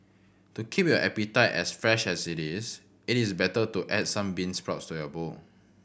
to keep your appetite as fresh as it is it is better to add some bean sprouts to your bowl